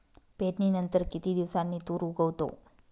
पेरणीनंतर किती दिवसांनी तूर उगवतो?